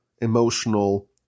emotional